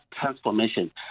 transformation